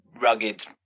rugged